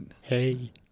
Hey